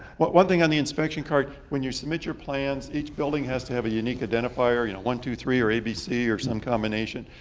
but one thing on the inspection card, when you submit your plans, each building has to have an unique identifier. you know one, two, three, or a, b, c or some combination.